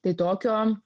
tai tokio